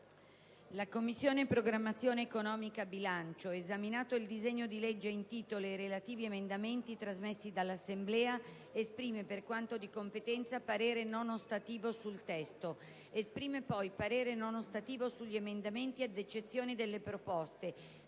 «La Commissione programmazione economica, bilancio, esaminato il disegno di legge in titolo ed i relativi emendamenti trasmessi dall'Assemblea, esprime, per quanto di competenza, parere non ostativo sul testo. Esprime poi parere non ostativo sugli emendamenti, ad eccezione delle proposte